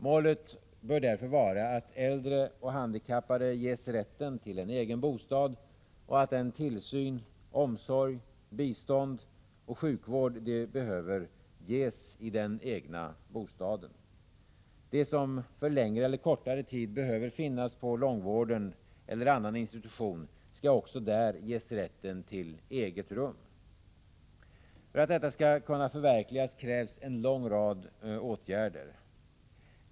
Målet bör vara att äldre och handikappade ges rätten till en egen bostad och att den tillsyn, omsorg, bistånd och sjukvård de behöver ges i den egna bostaden. De som för längre eller kortare tid behöver finnas på långvården eller annan institution skall också där ges rätten till eget rum. För att detta skall kunna förverkligas krävs en lång rad åtgärder.